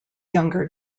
younger